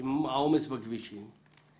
ועם העומס בכבישים?